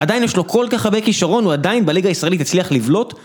עדיין יש לו כל כך הרבה כישרון, הוא עדיין בליגה הישראלית הצליח לבלוט.